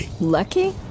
Lucky